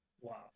wow